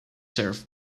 served